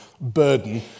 burden